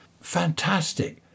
Fantastic